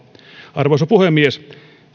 arvoisa puhemies